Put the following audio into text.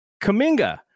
Kaminga